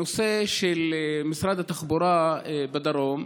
הנושא של משרד התחבורה בדרום.